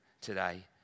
today